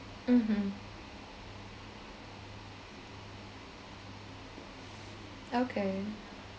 mmhmm okay